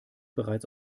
bereits